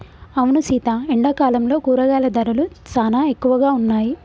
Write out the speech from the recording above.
అవును సీత ఎండాకాలంలో కూరగాయల ధరలు సానా ఎక్కువగా ఉన్నాయి